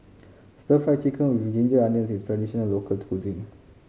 Stir Fried Chicken With Ginger Onions is a traditional local cuisine